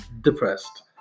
depressed